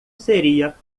seria